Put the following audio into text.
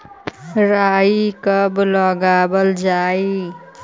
राई कब लगावल जाई?